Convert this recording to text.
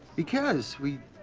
because, we.